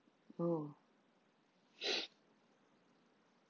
oh